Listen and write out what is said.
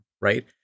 Right